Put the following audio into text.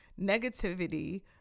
negativity